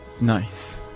Nice